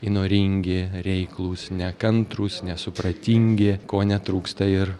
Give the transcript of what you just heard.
įnoringi reiklūs nekantrūs nesupratingi ko netrūksta ir